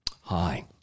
Hi